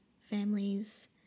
families